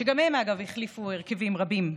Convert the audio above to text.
שגם הן, אגב, החליפו הרכבים רבים.